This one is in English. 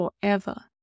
forever